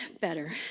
better